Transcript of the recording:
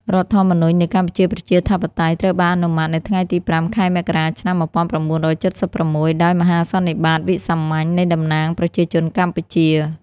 រដ្ឋធម្មនុញ្ញនៃកម្ពុជាប្រជាធិបតេយ្យ ត្រូវបានអនុម័តនៅថ្ងៃទី ៥ ខែមករា ឆ្នាំ ១៩៧៦ ដោយមហាសន្និបាតវិសាមញ្ញនៃតំណាងប្រជាជនកម្ពុជា។